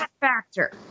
factor